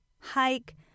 hike